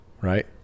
right